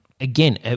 again